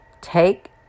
Take